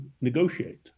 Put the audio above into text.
negotiate